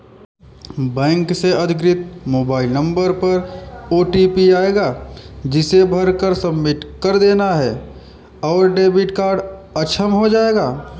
bank से अधिकृत mobile number पर ओटीपी आएगा जिसे भरकर सबमिट कर देना है और डेबिट कार्ड अक्षम हो जाएगा